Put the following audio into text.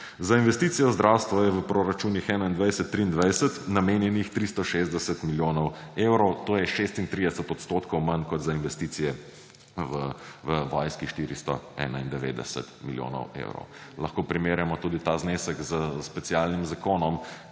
Za investicijo v zdravstvo je v proračunih 2021–2023 namenjenih 360 milijonov evrov, to je 36 odstotkov manj kot za investicije v vojski − 491 milijonov evrov. Lahko primerjamo tudi ta znesek s specialnim zakonom,